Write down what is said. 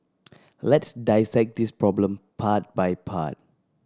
let's dissect this problem part by part